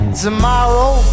tomorrow